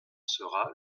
sera